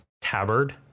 tabard